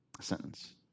sentence